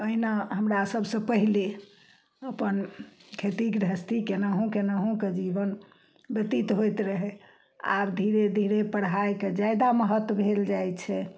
ओहिना हमरा सबसँ पहिले अपन खेती गृहस्थी केनाहु केनाहुके जीवन व्यतीत होइत रहय आब धीरे धीरे पढ़ाइके जादा महत्व भेल जाइ छै